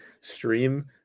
stream